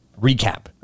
Recap